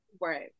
Right